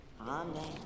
Amen